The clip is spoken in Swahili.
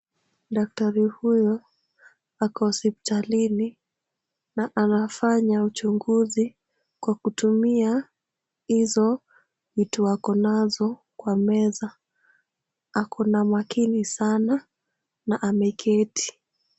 Daktari huyu ako hospitalini na anafanya uchunguzi kwa kutumia hizo vitu akonazo kwa meza. Ako makini sana na ameketi.